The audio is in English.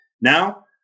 Now